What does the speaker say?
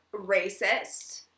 Racist